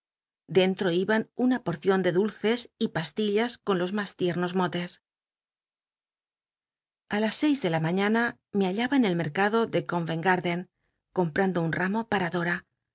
iba n una porcion de dulces y pastillas con los mas tiernos moles a las seis de la mañana me hallaba en el meri'cn t garden comprando un ramo para